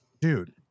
Dude